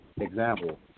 example